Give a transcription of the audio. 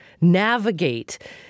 navigate